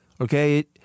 Okay